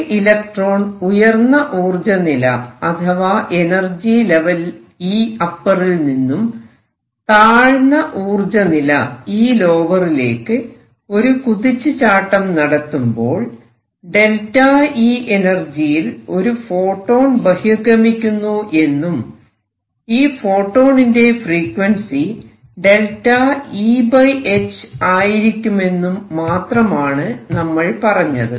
ഒരു ഇലക്ട്രോൺ ഉയർന്ന ഊർജനില അഥവാ എനർജി ലെവൽ Eupper ലിൽ നിന്ന് താഴ്ന്ന ഊർജനില Elower ലേക്ക് ഒരു കുതിച്ചുചാട്ടം നടത്തുമ്പോൾ ΔE എനർജിയിൽ ഒരു ഫോട്ടോൺ ബഹിർഗമിക്കുന്നു എന്നും ഈ ഫോട്ടോണിന്റെ ഫ്രീക്വൻസി ΔEh ആയിരിക്കുമെന്നും മാത്രമാണ് നമ്മൾ പറഞ്ഞത്